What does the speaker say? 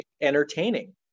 entertaining